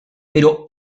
pero